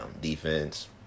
Defense